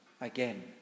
again